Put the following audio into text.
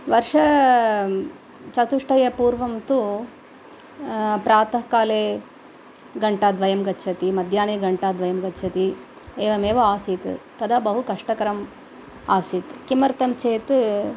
वर्ष चतुष्टयात्पूर्वंतु प्रातः काले घण्टाद्वयं गच्छति मध्याह्ने घण्टाद्वयं गच्छति एवमेव आसीत् तदा बहुकष्टकरं आसित् किमर्थं चेत्